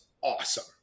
awesome